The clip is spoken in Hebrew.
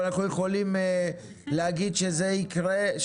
אבל אנחנו יכולים להגיד שזה יקרה,